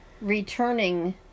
returning